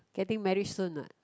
getting married soon not